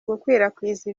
gukwirakwiza